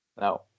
No